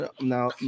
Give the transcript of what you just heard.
now